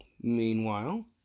Meanwhile